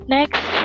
Next